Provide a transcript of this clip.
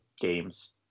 games